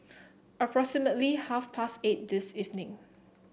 approximately half past eight this evening